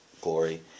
glory